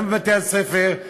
גם בבתי-הספר,